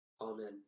Amen